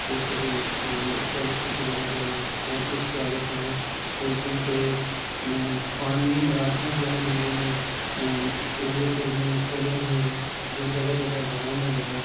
جیسے کہ اسکالرشپ وغیرہ دینا اور کچھ کیا کہتے ہیں اردو کے خوانگی مراکز جو ہے دلی میں اردو اکیڈمی نے کھولے ہوئے ہیں جو جگہ جگہ گھروں میں جو ہے